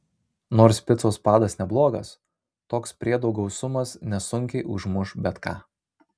nors picos padas neblogas toks priedų gausumas nesunkiai užmuš bet ką